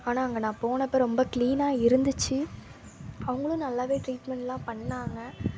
ஆனால் அங்கே நான் போனப்போ ரொம்ப க்ளீனாக இருந்துச்சு அவங்களும் நல்லாவே ட்ரீட்மண்ட் எல்லாம் பண்ணாங்க